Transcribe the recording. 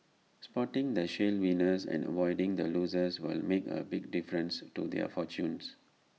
spotting the shale winners and avoiding the losers will make A big difference to their fortunes